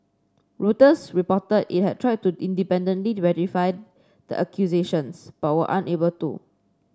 reuters reported it had tried to independently verify the accusations but were unable to